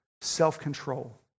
self-control